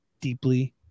deeply